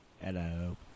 Hello